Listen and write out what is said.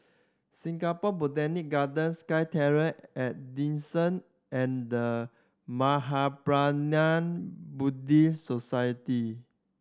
Singapore Botanic Gardens SkyTerrace at Dawson and The Mahaprajna Buddhist Society